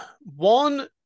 one